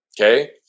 Okay